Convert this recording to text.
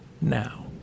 Now